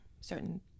certain